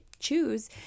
choose